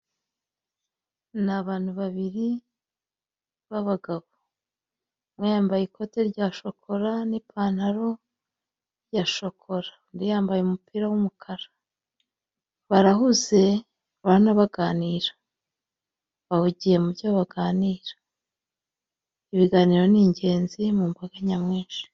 Ni abantu babiri b'abagabo umwe yambaye ikote rya shokora n'ipantaro ya shokora undi yambaye umupira w'umukara barahuze urabona baganira bahugiye mu byo baganira ibiganiro ni ingenzi mu mbaga nyamwinshi.